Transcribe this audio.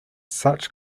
such